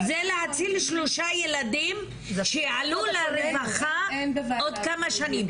זה להציל שלושה ילדים שיעלו לרווחה עוד מה שנים.